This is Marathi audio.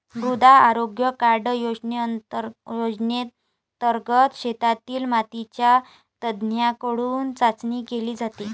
मृदा आरोग्य कार्ड योजनेंतर्गत शेतातील मातीची तज्ज्ञांकडून चाचणी केली जाते